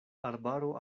arbaro